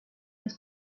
los